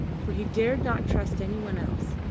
for he dared not trust any one else,